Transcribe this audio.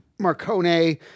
Marcone